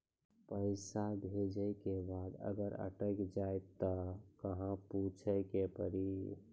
पैसा भेजै के बाद अगर अटक जाए ता कहां पूछे के पड़ी?